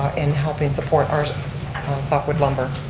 ah in helping support our softwood lumber.